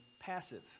passive